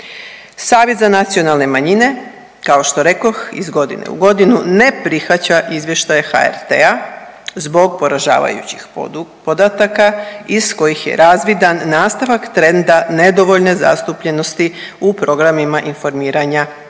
Savjet za nacionalne manjine kao što rekoh iz godine u godinu ne prihvaća izvještaj HRT-a zbog poražavajućih podataka iz kojih je razvidan nastavak trenda nedovoljne zastupljenosti u programima informiranja